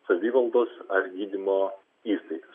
savivaldos ar gydymo įstaigas